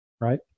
right